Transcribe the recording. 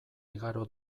igaro